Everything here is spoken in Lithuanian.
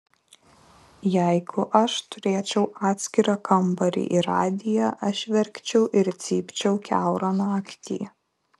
jeigu aš turėčiau atskirą kambarį ir radiją aš verkčiau ir cypčiau kiaurą naktį